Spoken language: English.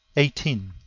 eighteen.